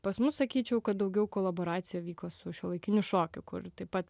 pas mus sakyčiau kad daugiau koloboracija vyko su šiuolaikiniu šokiu kur taip pat